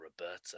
Roberta